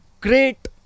great